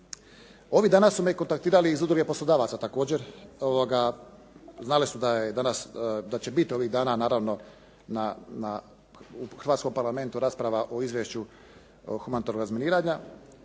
Ovih dana su me kontaktirali i iz udruge poslodavaca također. Znale su da je danas, da će bit ovih dana naravno u hrvatskom Parlamentu rasprava o Izvješću humanitarnog razminiranja,